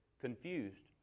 confused